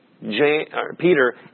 Peter